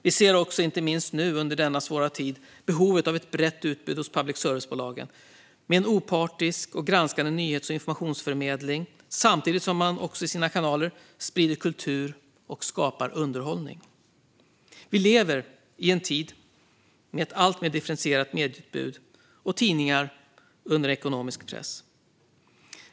Vi ser också, inte minst nu under denna svåra tid, behovet av ett brett utbud hos public service-bolagen, med en opartisk och granskande nyhets och informationsförmedling samtidigt som man i sina kanaler också sprider kultur och skapar underhållning. Vi lever i en tid med ett alltmer differentierat medieutbud och tidningar under ekonomisk press.